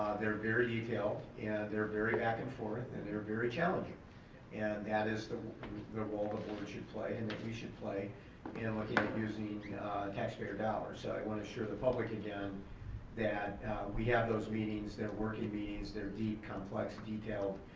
they're very detailed and they're very back and forth and they're very challenging that is the the role the board should play and that we should play in looking at using taxpayer dollars. so i want to assure the public again that we have those meetings, they're working meetings, they're deep, complex, detailed